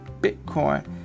Bitcoin